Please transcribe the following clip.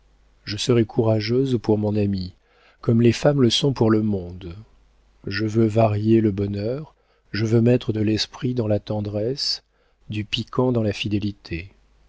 je serai courageuse pour mon ami comme les femmes le sont pour le monde je veux varier le bonheur je veux mettre de l'esprit dans la tendresse du piquant dans la fidélité